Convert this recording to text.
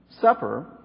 supper